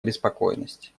обеспокоенность